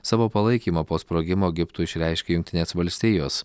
savo palaikymą po sprogimo egiptui išreiškė jungtinės valstijos